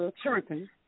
chirping